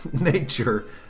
nature